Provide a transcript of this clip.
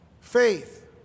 Faith